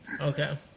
Okay